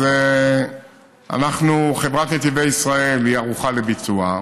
אז אנחנו, חברת נתיבי ישראל ערוכה לביצוע,